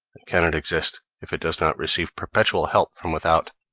and cannot exist if it does not receive perpetual help from without.